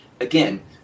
again